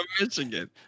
Michigan